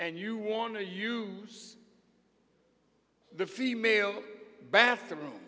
and you want to use the female bathroom